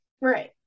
right